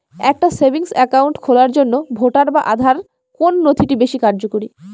একটা savings account খোলার জন্য ভোটার বা আধার কোন নথিটি বেশী কার্যকরী?